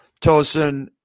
Tosin